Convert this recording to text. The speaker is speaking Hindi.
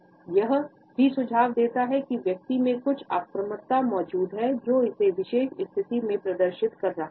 यह यह भी सुझाव देता है कि व्यक्ति में कुछ आक्रामकता मौजूद है जो इसे विशेष स्थिति में प्रदर्शित कर रहा है